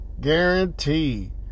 Guarantee